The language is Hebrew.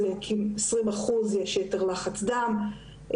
לכ-20 אחוז יש יתר לחץ דם,